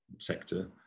sector